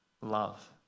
love